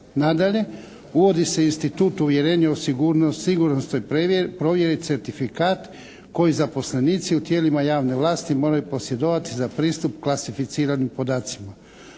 Nadalje, uvodi se institut o uvjerenju o sigurnosnoj provjeri certifikat koji zaposlenici u tijelima javne vlasti moraju posjedovati za pristup klasificiranim podacima.